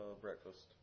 Breakfast